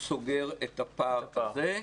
סוגר את הפער הזה.